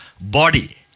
body